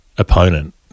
opponent